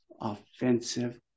offensive